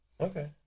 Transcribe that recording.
Okay